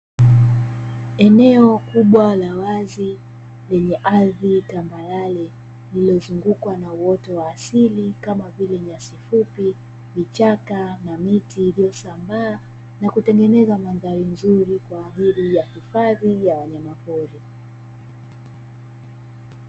Eneo kubwa la wazi lenye ardhi tambarare iliyozungukwa na uoto wa asili kama vile: nyasi fupi, vichaka na miti iliyosambaa na kutengeneza mandhari nzuri kwa ajili ya hifadhi ya wanyama pori.